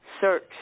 search